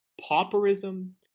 pauperism